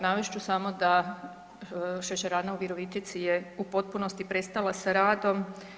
Navest ću samo da šećerana u Virovitici je u potpunosti prestala sa radom.